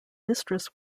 mistress